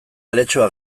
aletxoa